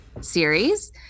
series